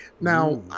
Now